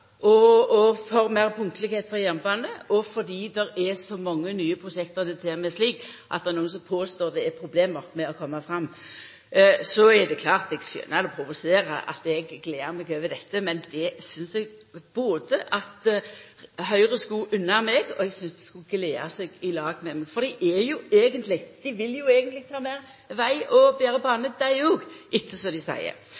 for meir punktlegheit for jernbane og fordi det er så mange nye prosjekt. Det er til og med slik at nokre påstår at det er problem med å koma fram. Så er det klart: Eg skjønar det provoserer at eg gler meg over dette. Men det synest eg at Høgre skulle unna meg, og eg synest dei skulle gleda seg i lag med meg, for dei vil jo eigentleg ha meir veg og betre bane, dei